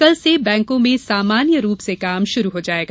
कल से बैंकों में सामान्य रूप से काम शुरू हो जायेगा